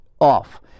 off